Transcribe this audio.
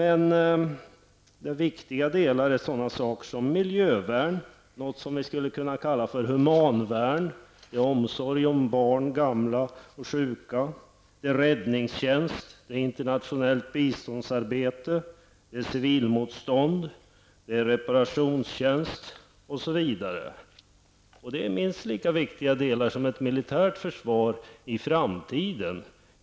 Andra viktiga delar är sådana saker som miljövärn, något som vi skulle kunna kalla för humanvärn -- omsorg om barn, gamla och sjuka -- och räddningstjänst, internationellt biståndsarbete, civilmotstånd, reparationstjänst, osv. Det är minst lika viktiga delar som ett militärt försvar i framtiden.